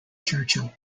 churchill